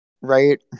right